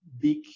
big